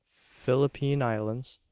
philippine islands,